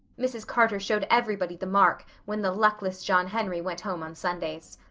mrs. carter showed everybody the mark when the luckless john henry went home on sundays.